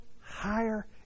higher